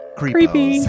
creepy